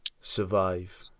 survive